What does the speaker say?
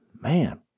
man